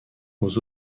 aux